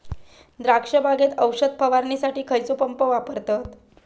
द्राक्ष बागेत औषध फवारणीसाठी खैयचो पंप वापरतत?